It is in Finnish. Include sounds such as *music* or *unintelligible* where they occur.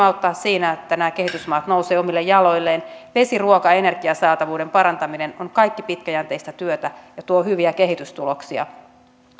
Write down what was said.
*unintelligible* auttaa siinä että nämä kehitysmaat nousevat omille jaloilleen vesi ruoka ja energian saatavuuden parantaminen ovat kaikki pitkäjänteistä työtä joka tuo hyviä kehitystuloksia